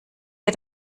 dir